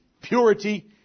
purity